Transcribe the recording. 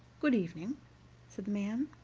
good-evening, said the man.